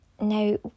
now